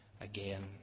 again